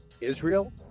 Israel